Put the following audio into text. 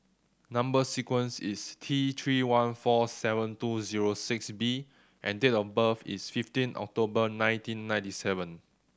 number sequence is T Three one four seven two zero six B and date of birth is fifteen October nineteen ninety seven